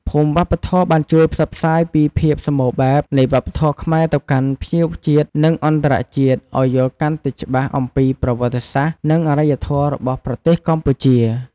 ភូមិវប្បធម៌បានជួយផ្សព្វផ្សាយពីភាពសម្បូរបែបនៃវប្បធម៌ខ្មែរទៅកាន់ភ្ញៀវជាតិ និងអន្តរជាតិ ឲ្យយល់កាន់តែច្បាស់អំពីប្រវត្តិសាស្ត្រ និងអរិយធម៌របស់ប្រទេសកម្ពុជា។